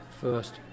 first